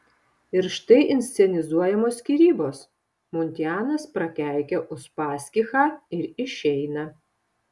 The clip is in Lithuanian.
ir štai inscenizuojamos skyrybos muntianas prakeikia uspaskichą ir išeina